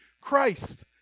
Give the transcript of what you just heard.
Christ